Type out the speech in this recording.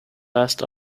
last